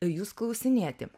jus klausinėti